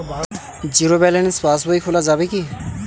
Zero balance পাশ বই খোলা যাবে কি?